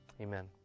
amen